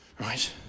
right